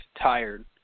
tired